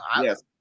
yes